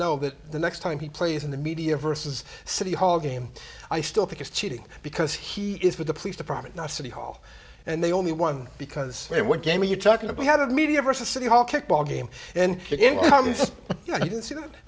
know that the next time he plays in the media versus city hall game i still think it's cheating because he is with the police department not city hall and they only won because what game are you talking about had a media versus city hall kickball game and you can see that